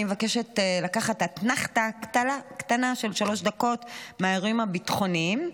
אני מבקשת לקחת אתנחתא קטנה של שלוש דקות מהאירועים הביטחוניים,